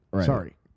sorry